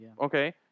Okay